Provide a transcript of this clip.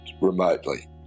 remotely